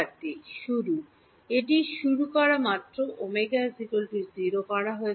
এটি শুরু করা মাত্র ω 0 করা হয়েছে